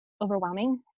overwhelming